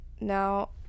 Now